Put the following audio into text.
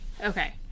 Okay